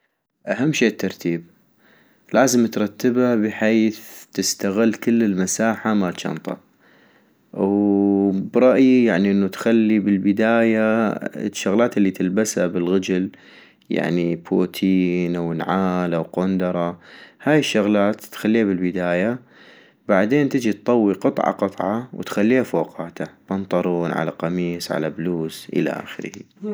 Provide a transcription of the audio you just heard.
اهم شي الترتيب، لازم ترتبا بحيث تستغل كل المساحة مال جنطة - وبرأيي يعني انو تخلي بالبداية يعني الشغلات الي تلبسا بالغجل، يعني بوتين او نعال او قوندرة، هاي الشغلات تخليها بالبداية - بعدين تجي اتطوي قطعة قطعة وتخليها فوقاتا، بنطرون على قميس على بلوز الى اخره